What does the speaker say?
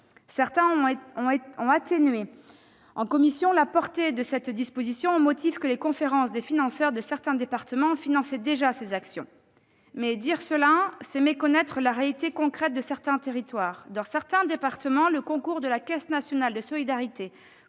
Certains ont atténué en commission la portée de cette disposition, au motif que les conférences des financeurs de certains départements finançaient déjà ces actions, mais c'est méconnaître la réalité concrète de certains territoires. Dans certains départements, le concours de la Caisse nationale de solidarité